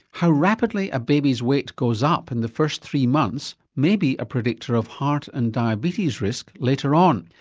how rapidly a baby's weight goes up in the first three months may be a predictor of heart and diabetes risk later on.